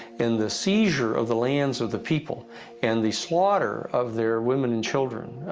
and the seizure of the lands of the people and the slaughter of their women and children,